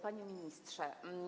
Panie Ministrze!